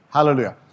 Hallelujah